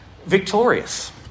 victorious